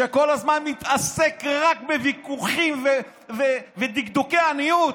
שכל הזמן מתעסק רק בוויכוחים ובדקדוקי עניות,